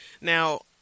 Now